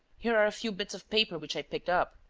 here are a few bits of paper which i picked up.